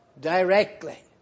directly